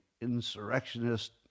insurrectionist